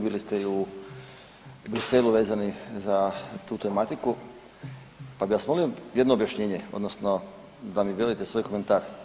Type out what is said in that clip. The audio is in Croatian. Bili ste i u Bruxellesu vezani za tu tematiku, pa bih vas molio jedno objašnjenje, odnosno da mi velite svoj komentar.